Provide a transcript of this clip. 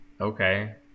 okay